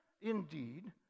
indeed